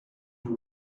your